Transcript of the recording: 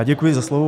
Já děkuji za slovo.